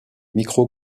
micro